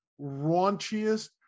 raunchiest